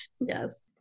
yes